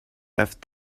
left